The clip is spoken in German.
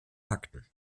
fakten